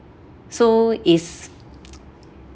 so it's